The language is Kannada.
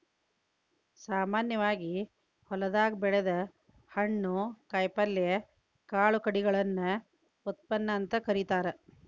ಸಾಮಾನ್ಯವಾಗಿ ಹೊಲದಾಗ ಬೆಳದ ಹಣ್ಣು, ಕಾಯಪಲ್ಯ, ಕಾಳು ಕಡಿಗಳನ್ನ ಉತ್ಪನ್ನ ಅಂತ ಕರೇತಾರ